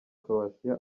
croatia